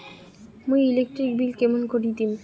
মুই electric bill কেমন করি দিম?